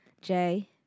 Jay